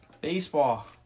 Baseball